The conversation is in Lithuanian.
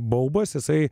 baubas jisai